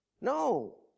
No